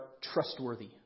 trustworthy